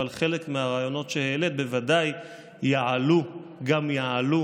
אבל חלק מהרעיונות שהעלית בוודאי יעלו גם יעלו